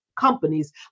companies